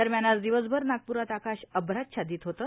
दरम्यान आज दिवसभर नागप्ररात आकाश अभ्राच्छादित होतं